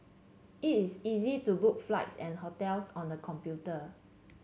it is easy to book flights and hotels on the computer